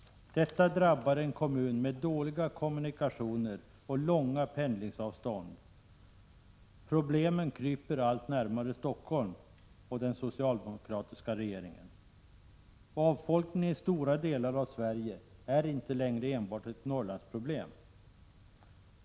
Detta drabbar en kommun med dåliga kommunikationer och långa pendlingsavstånd. Problemen kryper allt närmare Stockholm och den socialdemokratiska regeringen. Avfolkningen i stora delar av Sverige är inte längre enbart ett Norrlandsproblem.